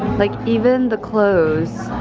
like, even the clothes.